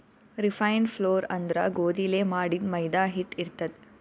refined flour ಅಂದ್ರ ಗೋಧಿಲೇ ಮಾಡಿದ್ದ್ ಮೈದಾ ಹಿಟ್ಟ್ ಇರ್ತದ್